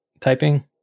typing